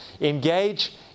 Engage